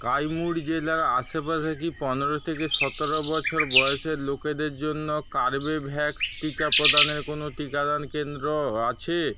কাইমুর জেলার আশেপাশে কি পনেরো সতেরো বছর বয়সের লোকেদের জন্য কর্বেভ্যাক্স টিকা প্রদানের কোনও টিকাদান কেন্দ্র আছে